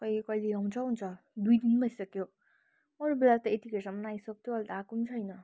खोइ कहिले आउँछ आउँछ दुई दिन भइसक्यो अरूबेला त यतिखेरसम्म आइसक्थ्यो अहिले त आएको पनि छैन